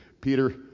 Peter